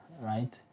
right